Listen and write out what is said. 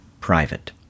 Private